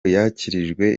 yakirijwe